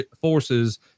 forces